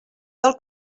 del